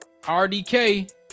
RDK